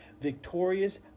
victorious